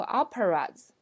operas 。